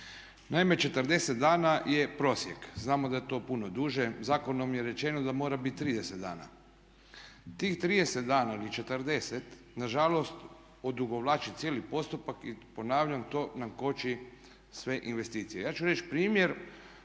Naime, 40 dana je prosjek, znamo da je to puno duže. Zakonom je rečeno da mora biti 30 dana. Tih 30 dana ili 40 na žalost odugovlači cijeli postupak i ponavljam to nam koči sve investicije. Ja ću reći primjer